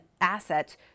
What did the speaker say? assets